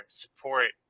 support